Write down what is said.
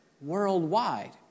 worldwide